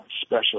special